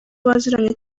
baziranye